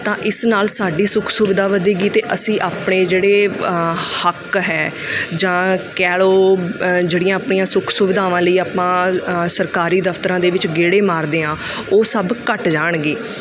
ਤਾਂ ਇਸ ਨਾਲ ਸਾਡੀ ਸੁੱਖ ਸੁਵਿਧਾ ਵਧੇਗੀ ਅਤੇ ਅਸੀਂ ਆਪਣੇ ਜਿਹੜੇ ਹੱਕ ਹੈ ਜਾਂ ਕਹਿ ਲਓ ਜਿਹੜੀਆਂ ਆਪਣੀਆਂ ਸੁੱਖ ਸੁਵਿਧਾਵਾਂ ਲਈ ਆਪਾਂ ਅ ਸਰਕਾਰੀ ਦਫਤਰਾਂ ਦੇ ਵਿੱਚ ਗੇੜੇ ਮਾਰਦੇ ਦਫਤਰਾਂ ਉਹ ਸਭ ਘੱਟ ਜਾਣਗੇ